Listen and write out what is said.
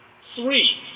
Three